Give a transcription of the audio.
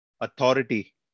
authority